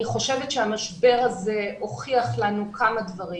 אני חושבת שהמשבר הזה הוכיח לנו כמה דברים.